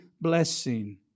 blessing